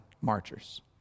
marchers